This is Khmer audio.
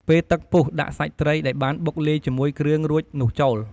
ពេលទឹកពុះដាក់សាច់ត្រីដែលបានបុកលាយជាមួយគ្រឿងរួចនោះចូល។